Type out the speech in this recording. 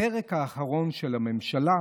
הפרק האחרון של הממשלה,